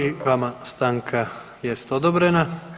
I vama stanka jest odobrena.